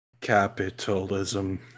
Capitalism